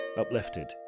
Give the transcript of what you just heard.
uplifted